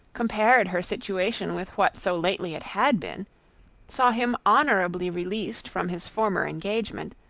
compared her situation with what so lately it had been saw him honourably released from his former engagement,